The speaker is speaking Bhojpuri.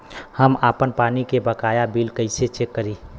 हम आपन पानी के बकाया बिल कईसे चेक करी?